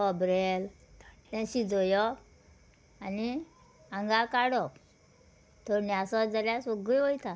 खोबरेल तें शिजोयप आनी आंगा काडप थंडी आसत जाल्यार सोगळी वयता